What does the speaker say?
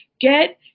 Get